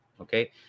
Okay